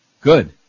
Good